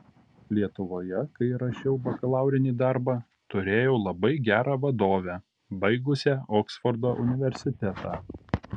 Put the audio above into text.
lietuvoje kai rašiau bakalaurinį darbą turėjau labai gerą vadovę baigusią oksfordo universitetą